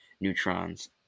neutrons